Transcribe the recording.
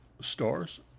stars